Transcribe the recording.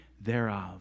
thereof